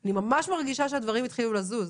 אני ממש מרגישה שהדברים התחילו לזוז.